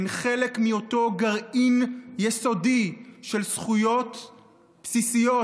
הן חלק מאותו גרעין יסודי של זכויות בסיסיות,